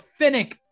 finnick